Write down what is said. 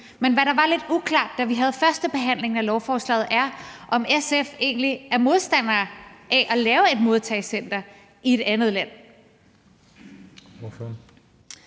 men hvad der var lidt uklart, da vi havde første behandling af lovforslaget, var, om SF egentlig er modstander af at lave et modtagecenter i et andet land.